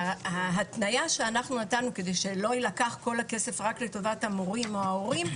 ההתניה שאנחנו נתנו כדי שלא יילקח כל הכסף רק לטובת המורים או ההורים,